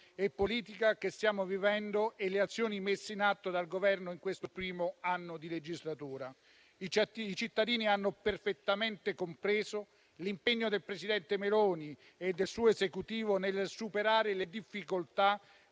e politica che stiamo vivendo e le azioni messe in atto dal Governo in questo primo anno di legislatura. I cittadini hanno perfettamente compreso l'impegno del presidente Meloni e del suo Esecutivo nel superare le difficoltà